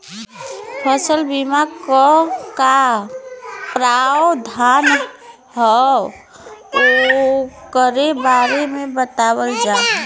फसल बीमा क का प्रावधान हैं वोकरे बारे में बतावल जा?